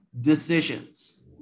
decisions